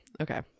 Okay